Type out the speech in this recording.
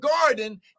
garden